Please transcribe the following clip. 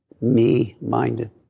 me-minded